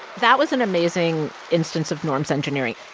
that was an amazing instance of norms engineering.